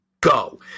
go